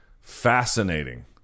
fascinating